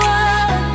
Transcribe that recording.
one